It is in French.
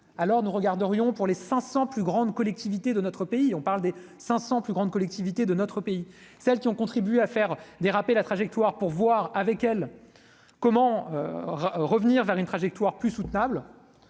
alors nous regarde aurions pour les 500 plus grandes collectivités de notre pays, on parle des 500 plus grandes collectivités de notre pays, celles qui ont contribué à faire déraper la trajectoire pour voir avec elles, comment revenir vers une trajectoire plus soutenable,